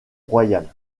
royale